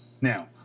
Now